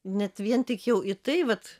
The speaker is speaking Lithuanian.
net vien tik jau į tai vat